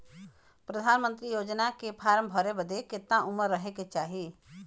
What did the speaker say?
प्रधानमंत्री योजना के फॉर्म भरे बदे कितना उमर रहे के चाही?